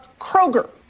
Kroger